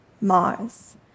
Mars